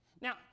Now